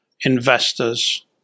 investors